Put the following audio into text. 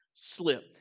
slip